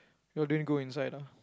y'all didn't go inside ah